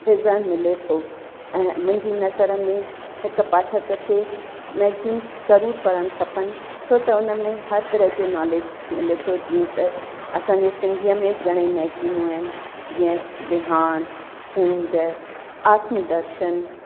विवरण मिले थो ऐं मुंहिंजी नज़र में हिकु पाठक खे मैगज़िन्स ज़रूरु पढ़ण खपनि छो त हुन में हर तरह जे नॉलेज मिले थो जीअं त असांजे सिंधीअ में बि घणेई मैगज़िनू आहिनि जीअं रिहाण कुंज आत्म दर्शन